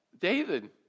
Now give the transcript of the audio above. David